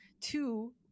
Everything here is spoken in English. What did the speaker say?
Two